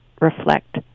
reflect